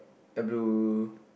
a blue